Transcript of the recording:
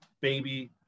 baby